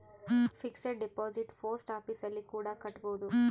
fixed deposit post office ಅಲ್ಲಿ ಕೂಡ ಕಟ್ಬೋದು